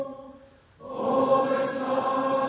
der